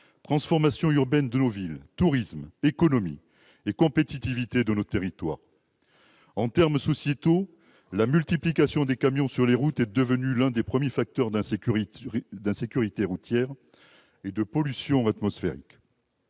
transformation urbaine de nos villes, du tourisme, de l'économie et de la compétitivité de nos territoires. En termes sociétaux, la multiplication des camions sur les routes est devenue l'un des premiers facteurs d'insécurité routière et de pollution atmosphérique.